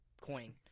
coin